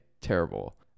terrible